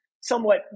somewhat